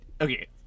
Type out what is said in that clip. Okay